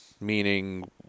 meaning